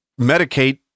medicate